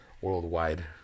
Worldwide